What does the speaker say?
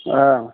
অঁ